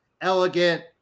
elegant